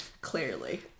Clearly